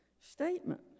statement